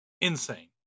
Insane